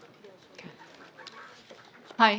היי,